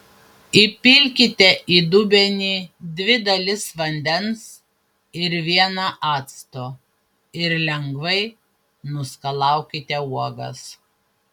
įpilkite į dubenį dvi dalis vandens ir vieną acto ir lengvai nuskalaukite uogas